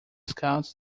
scouts